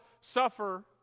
suffer